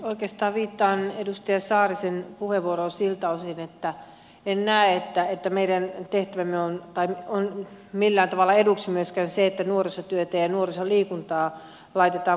oikeastaan viittaan edustaja saarisen puheenvuoroon siltä osin että en näe että meidän tehtävällemme on millään tavalla eduksi myöskään se että nuorisotyötä ja nuorisoliikuntaa laitetaan vastakkain